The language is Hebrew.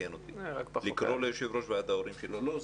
תקן אותי לקרוא ליושב-ראש ועד ההורים שלו --- לא,